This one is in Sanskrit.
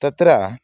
तत्र